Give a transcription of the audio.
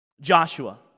Joshua